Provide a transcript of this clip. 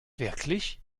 wirklich